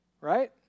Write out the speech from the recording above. right